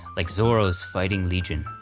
like zorro's fighting legion.